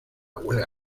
huelga